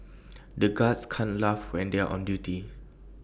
the guards can't laugh when they are on duty